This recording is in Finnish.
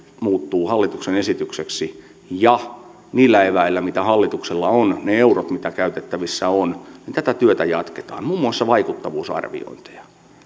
muuttuu hallituksen esitykseksi ja niillä eväillä mitä hallituksella on niillä euroilla mitä käytettävissä on tätä työtä jatketaan muun muassa vaikuttavuusarviointeja